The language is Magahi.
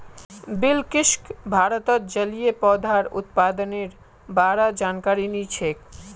बिलकिसक भारतत जलिय पौधार उत्पादनेर बा र जानकारी नी छेक